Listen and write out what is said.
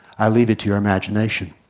i leave it to your imagination.